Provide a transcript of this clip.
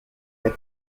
elle